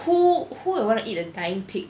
who who would want to eat a dying pig